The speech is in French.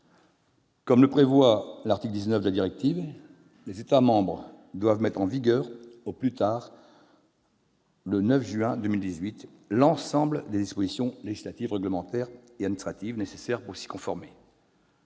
Comme le prévoit l'article 19 de la directive, les États membres doivent mettre en vigueur, au plus tard le 9 juin 2018, l'ensemble des dispositions législatives, réglementaires et administratives nécessaires pour s'y conformer.